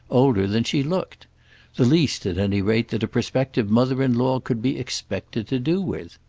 older than she looked the least, at any rate, that a prospective mother-in-law could be expected to do with.